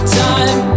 time